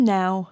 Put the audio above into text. now